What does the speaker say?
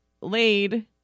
Laid